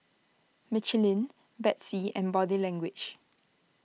Michelin Betsy and Body Language